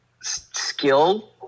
skill